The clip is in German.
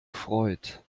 freut